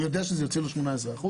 הוא יודע שזה יוצא לו 18 אחוזים?